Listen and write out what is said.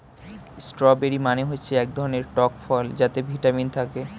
strawberry মানে হচ্ছে এক ধরনের টক ফল যাতে ভিটামিন থাকে